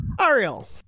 Ariel